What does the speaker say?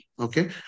okay